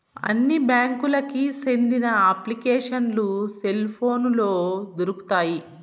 అన్ని బ్యాంకులకి సెందిన అప్లికేషన్లు సెల్ పోనులో దొరుకుతాయి